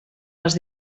les